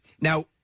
Now